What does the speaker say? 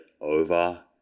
over